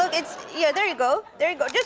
it's yeah. there you go. there you go.